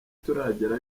turagira